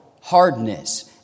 hardness